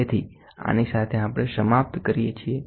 તેથી આની સાથે આપણે સમાપ્ત કરીએ છીએ